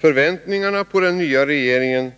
Tron på att den nya regeringen skall kunna infria förväntningarna